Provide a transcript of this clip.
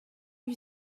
you